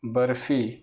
barfi